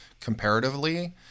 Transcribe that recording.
comparatively